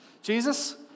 Jesus